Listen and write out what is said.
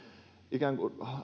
ikään kuin